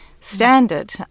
standard